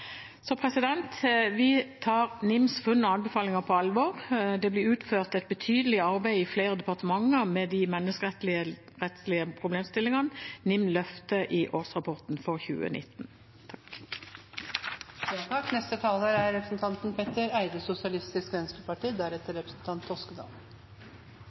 så raskt det lar seg gjøre. Vi tar NIMs funn og anbefalinger på alvor. Det blir utført et betydelig arbeid i flere departementer med de menneskerettslige problemstillingene NIM løfter i årsrapporten for 2019.